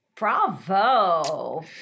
Bravo